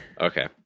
Okay